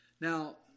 Now